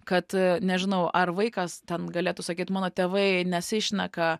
kad a nežinau ar vaikas ten galėtų sakyt mano tėvai nesišneka